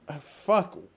fuck